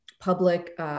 public